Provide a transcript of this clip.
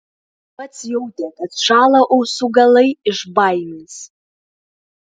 pats jautė kad šąla ausų galai iš baimės